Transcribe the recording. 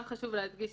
גם חשוב להדגיש